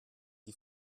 die